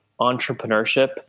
entrepreneurship